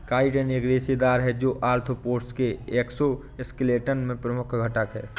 chitin एक रेशेदार है, जो आर्थ्रोपोड्स के एक्सोस्केलेटन में प्रमुख घटक है